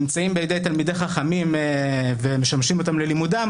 תורה שנמצאים בידי תלמידי חכמים ומשמשים אותם ללימודם,